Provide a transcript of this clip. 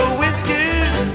whiskers